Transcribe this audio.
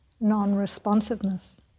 non-responsiveness